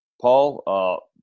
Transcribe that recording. Paul